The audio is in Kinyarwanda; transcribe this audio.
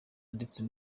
ndetse